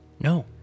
No